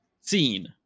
Scene